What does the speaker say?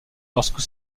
lorsque